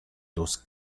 dos